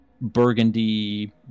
burgundy